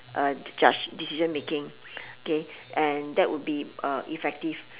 uh judge decision making okay and that would be uh effective